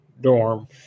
dorm